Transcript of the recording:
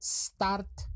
start